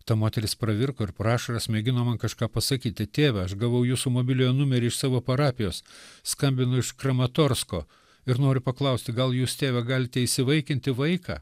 ta moteris pravirko ir pro ašaras mėgino man kažką pasakyti tėve aš gavau jūsų mobiliojo numerį iš savo parapijos skambinu iš kramatorsko ir noriu paklausti gal jūs tėve galite įsivaikinti vaiką